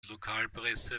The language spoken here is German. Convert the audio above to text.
lokalpresse